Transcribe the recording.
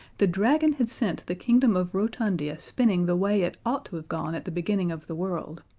the dragon had sent the kingdom of rotundia spinning the way it ought to have gone at the beginning of the world,